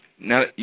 Now